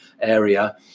area